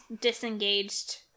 disengaged